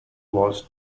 was